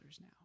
now